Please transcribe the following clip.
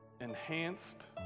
enhanced